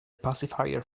pacifier